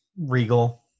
Regal